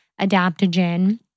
adaptogen